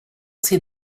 see